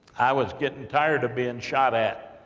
i was getting tired of being shot at,